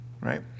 right